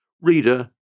Reader